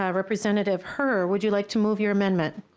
ah representative her would you like to move your amendment?